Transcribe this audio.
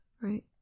right